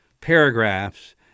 paragraphs